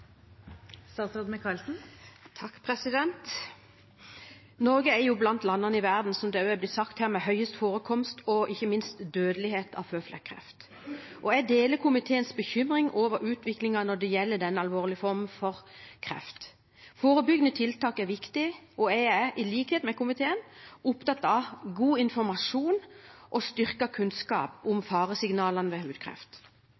blant landene i verden med høyest forekomst og ikke minst dødelighet av føflekkreft. Jeg deler komiteens bekymring over utviklingen når det gjelder denne alvorlige formen for kreft. Forebyggende tiltak er viktig, og jeg er i likhet med komiteen opptatt av god informasjon og styrket kunnskap